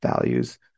values